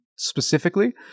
specifically